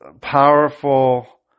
powerful